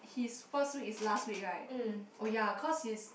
his first week is last week right oh ya cause his